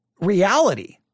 reality